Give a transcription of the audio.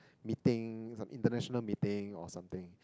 meeting international meeting or something